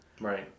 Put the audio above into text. Right